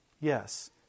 Yes